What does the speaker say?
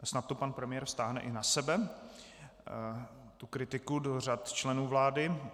Snad to pan premiér vztáhne i na sebe, tu kritiku do řad členů vlády.